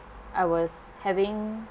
I was having